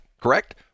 Correct